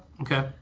Okay